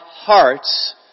hearts